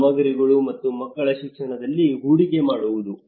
ಸಾಮಗ್ರಿಗಳು ಹಾಗೂ ಮಕ್ಕಳ ಶಿಕ್ಷಣದಲ್ಲಿ ಹೂಡಿಕೆ ಮಾಡುವುದು